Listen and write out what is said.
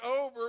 over